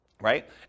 right